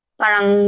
parang